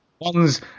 One's